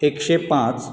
एकशें पांच